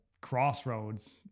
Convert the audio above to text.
crossroads